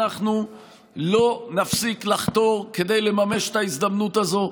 אנחנו לא נפסיק לחתור כדי לממש את ההזדמנות הזו.